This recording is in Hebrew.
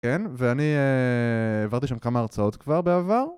כן, ואני העברתי שם כמה הרצאות כבר בעבר.